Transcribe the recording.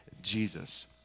Jesus